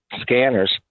scanners